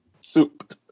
Soup